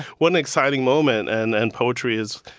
what an exciting moment. and and poetry has,